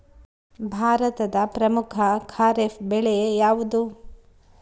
ಭಾರತದ ಪ್ರಮುಖ ಖಾರೇಫ್ ಬೆಳೆ ಯಾವುದು?